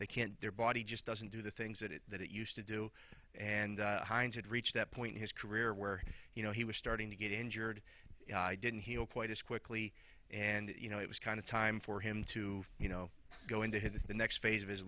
they can't their body just doesn't do the things that it that it used to do and hines had reached that point in his career where you know he was starting to get injured didn't heal quite as quickly and you know it was kind of time for him to you know go into head the next phase of his